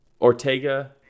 ortega